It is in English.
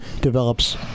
develops